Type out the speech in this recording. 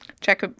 check